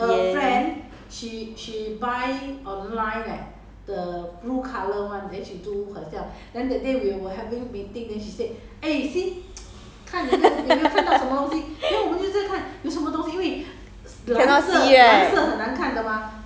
no choice lah now COVID also bopian